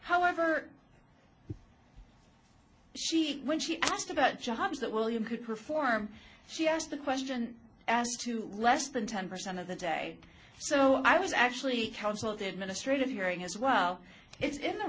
however she when she asked about jobs that william could perform she asked the question asked to less than ten percent of the day so i was actually counsel the administrative hearing as well it's in the